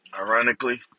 ironically